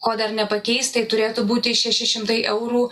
ko dar nepakeis tai turėtų būti šeši šimtai eurų